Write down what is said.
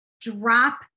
drop